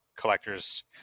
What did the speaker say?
collectors